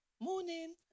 morning